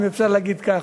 אם אפשר להגיד ככה.